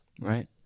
Right